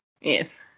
Yes